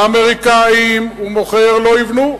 לאמריקנים הוא מוכר "לא יבנו",